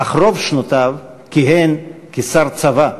אך רוב שנותיו כיהן כשר צבא,